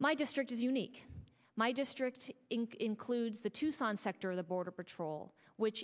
my district is unique my district in kin clues the tucson sector the border patrol which